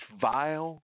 vile